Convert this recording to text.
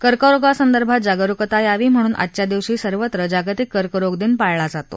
कर्करोगासंदर्भात जागरूकता यावी म्हणून आजच्या दिवशी सर्वत्र जागतिक कर्करोगदिन पाळला जातो